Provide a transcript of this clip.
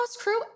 crew